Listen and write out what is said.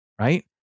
right